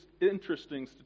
interesting